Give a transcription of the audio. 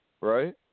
Right